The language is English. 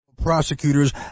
prosecutors